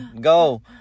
go